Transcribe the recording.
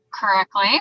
correctly